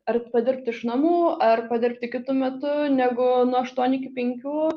ar padirbti iš namų ar padirbti kitu metu negu nuo aštuonių iki penkių